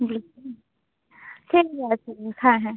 ঠিক আছে হ্যাঁ হ্যাঁ হ্যাঁ